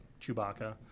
Chewbacca